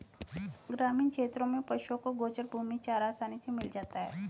ग्रामीण क्षेत्रों में पशुओं को गोचर भूमि में चारा आसानी से मिल जाता है